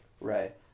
Right